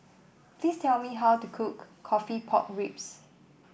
please tell me how to cook coffee Pork Ribs